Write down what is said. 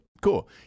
cool